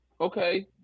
Okay